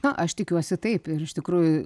na aš tikiuosi taip ir iš tikrųjų